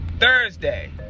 Thursday